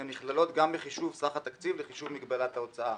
הן נכללות גם בחישוב סך התקציב לחישוב מגבלת ההוצאה.